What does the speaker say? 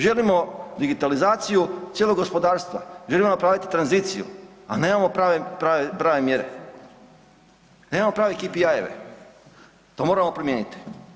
Želimo digitalizaciju cijelog gospodarstva, želimo napraviti tranziciju, a nemamo prave mjere, nemamo prave KPI, to moramo promijeniti.